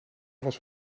was